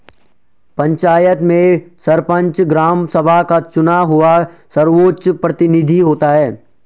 पंचायत में सरपंच, ग्राम सभा का चुना हुआ सर्वोच्च प्रतिनिधि होता है